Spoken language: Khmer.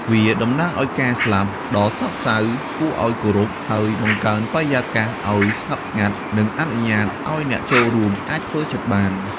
វាតំណាងឲ្យការស្លាប់ដ៏សោកសៅ គួរឲ្យគោរព ហើយបង្កើនបរិយាកាសឲ្យស្ងប់ស្ងាត់ និងអនុញ្ញាតឲ្យអ្នកចូលរួមអាចធ្វើចិត្តបាន។